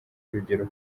urugero